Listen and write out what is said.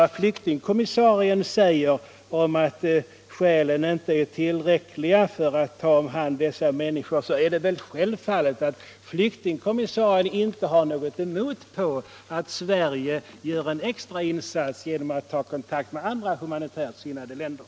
Vad flyktingkommissarien än säger om att skälen för att ta hand om dessa människor inte är tillräckliga är det väl självfallet att flyktingkommissarien inte skulle ha något emot all Sverige gör en extrainsats genom att söka kontakt med andra huma nitärt sinnade länder.